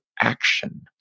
action